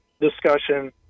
discussion